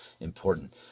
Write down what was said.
important